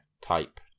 type